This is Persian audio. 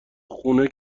خونه